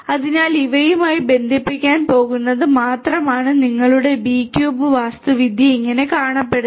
അതിനാൽ ഇവയുമായി ബന്ധിപ്പിക്കാൻ പോകുന്നത് മാത്രമാണ് നിങ്ങളുടെ B ക്യൂബ് വാസ്തുവിദ്യ ഇങ്ങനെ കാണപ്പെടുന്നത്